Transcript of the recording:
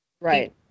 Right